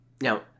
Now